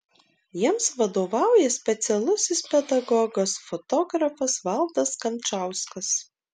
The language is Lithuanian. jiems vadovauja specialusis pedagogas fotografas valdas kančauskas